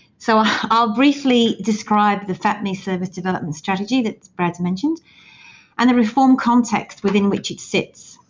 so i'll briefly describe the fapmi service development strategy that brad's mentioned and the reform context within which it sits.